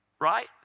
right